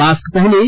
mask पहनें